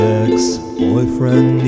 ex-boyfriend